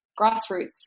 grassroots